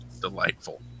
Delightful